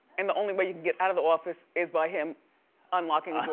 and the only way you can get out of the office is by him unlocking the so